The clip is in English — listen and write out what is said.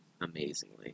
amazingly